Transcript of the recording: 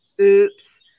Oops